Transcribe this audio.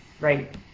Right